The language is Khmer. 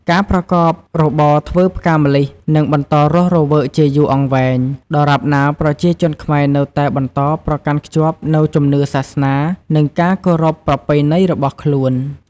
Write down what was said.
ការប្រកបរបរធ្វើផ្កាម្លិះនឹងបន្តរស់រវើកជាយូរអង្វែង ដរាបណាប្រជាជនខ្មែរនៅតែបន្តប្រកាន់ខ្ជាប់នូវជំនឿសាសនា និងការគោរពប្រពៃណីរបស់ខ្លួន។